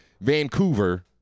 Vancouver